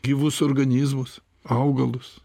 gyvus organizmus augalus